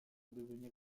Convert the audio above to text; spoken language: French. devenir